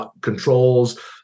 controls